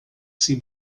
sea